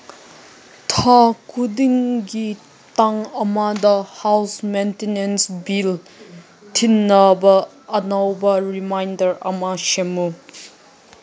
ꯊꯥ ꯈꯨꯗꯤꯡꯒꯤ ꯇꯥꯡ ꯑꯃꯗ ꯍꯥꯎꯁ ꯃꯦꯟꯇꯤꯅꯦꯟꯁ ꯕꯤꯜ ꯊꯤꯅꯕ ꯑꯅꯧꯕ ꯔꯤꯃꯥꯏꯟꯗꯔ ꯑꯃ ꯁꯦꯝꯃꯨ